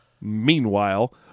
meanwhile